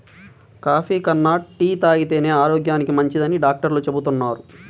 coffee కన్నా tea తాగితేనే ఆరోగ్యానికి మంచిదని డాక్టర్లు చెబుతున్నారు